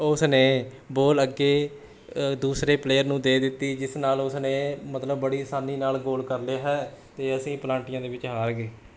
ਉਸ ਨੇ ਬੋਲ ਅੱਗੇ ਦੂਸਰੇ ਪਲੇਅਰ ਨੂੰ ਦੇ ਦਿੱਤੀ ਜਿਸ ਨਾਲ ਉਸਨੇ ਮਤਲਬ ਬੜੀ ਆਸਾਨੀ ਨਾਲ ਗੋਲ ਕਰ ਲਿਆ ਹੈ ਅਤੇ ਅਸੀਂ ਪਲਾਂਟੀਆਂ ਦੇ ਵਿੱਚ ਹਾਰ ਗਏ